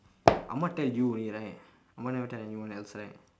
ahmad tell you only right ahmad never tell anyone else right